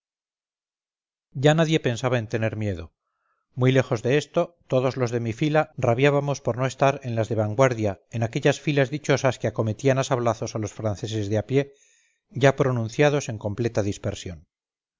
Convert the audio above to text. ya nadie pensaba en tener miedo muy lejos de esto todos los de mi fila rabiábamos por no estar en las de vanguardia en aquellas filas dichosas que acometían a sablazos a los franceses de a pie ya pronunciados en completa dispersión